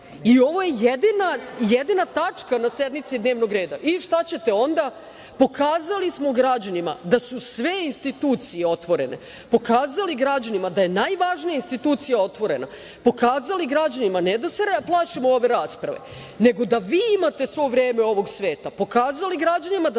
i ovo je jedina tačka na sednici dnevnog reda. I šta ćete onda? Pokazali smo građanima da su sve institucije otvorene, pokazali građanima da je najvažnija institucija otvorena, pokazali građanima ne da se plašimo ove rasprave, nego da vi imate svo vreme ovog sveta, pokazali građanima da